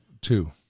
Two